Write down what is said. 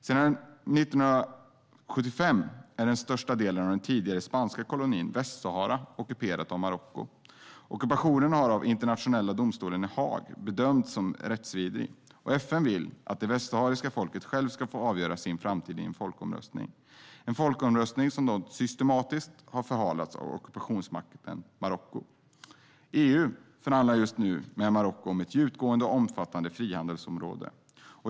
Sedan 1975 är den största delen av den tidigare spanska kolonin Västsahara ockuperad av Marocko. Ockupationen har av Internationella domstolen i Haag bedömts vara rättsvidrig. FN vill att det västsahariska folket självt ska få avgöra sin framtid i en folkomröstning. En folkomröstning har dock systematiskt förhalats av ockupationsmakten Marocko. EU förhandlar just nu med Marocko om ett djupgående och omfattande frihandelsområde.